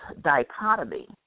dichotomy